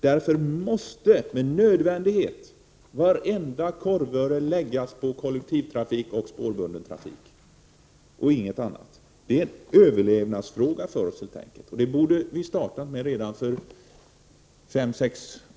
Därför måste med nödvändighet vartenda korvöre läggas på kollektivtrafik och spårbunden trafik och ingenting annat. Det är en överlevnadsfråga för oss helt enkelt, och det borde vi ha startat med redan för fem sex år sedan.